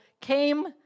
came